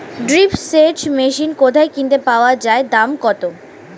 Drip সেচ machine কোথায় কিনতে পাওয়া যায় দাম কত?